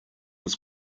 was